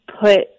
put